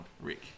Rick